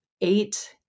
eight